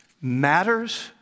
matters